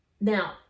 now